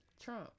Trump